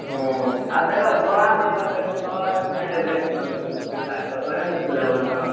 आब देखऽ तोरा सॅं नहि उगरतै तोहर एवेरेस्ट सन पैसा छौं वएहमे सॅं लेबै ने